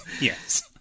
Yes